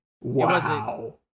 Wow